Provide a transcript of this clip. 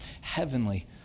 Heavenly